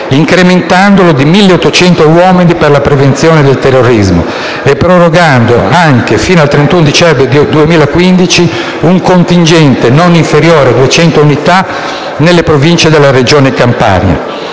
incrementandolo di 1.800 uomini per la prevenzione del terrorismo e prorogando anche, fino al 31 dicembre 2015, un contingente non inferiore a 200 unità nelle province della Regione Campania.